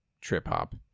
trip-hop